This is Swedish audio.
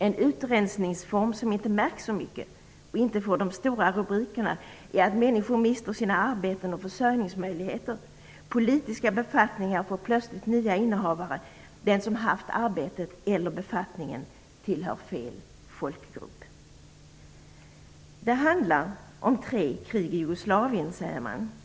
En utrensningsform som inte märks så mycket och inte får några stora rubriker är att människor mister sina arbeten och försörjningsmöjligheter - politiska befattningar får plötsligt nya innehavare; den som haft arbetet eller befattningen tillhör fel folkgrupp. Det handlar om tre krig i Jugoslavien, säger man.